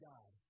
God